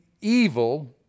evil